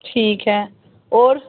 ठीक ऐ होर